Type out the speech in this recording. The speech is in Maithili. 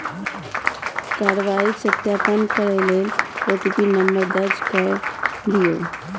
कार्रवाईक सत्यापन करै लेल ओ.टी.पी नंबर दर्ज कैर दियौ